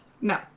No